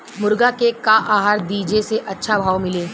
मुर्गा के का आहार दी जे से अच्छा भाव मिले?